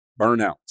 burnout